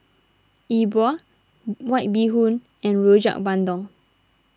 E Bua White Bee Hoon and Rojak Bandung